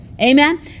Amen